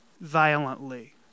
violently